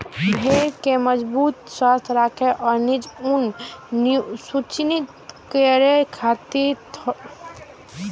भेड़ कें मजबूत, स्वस्थ राखै आ नीक ऊन सुनिश्चित करै खातिर थोड़ेक खनिज जरूरी होइ छै